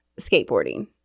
skateboarding